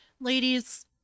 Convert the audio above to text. Ladies